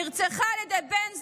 נרצחה בידי בני זוגה,